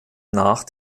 nach